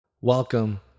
Welcome